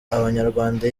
nk’abanyarwanda